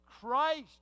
Christ